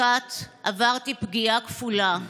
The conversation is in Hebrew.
בכת עברתי פגיעה כפולה,